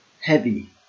heavy